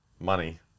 money